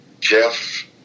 Jeff